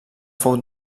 fou